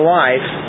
life